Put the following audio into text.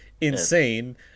insane